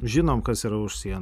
žinome kas yra už sienų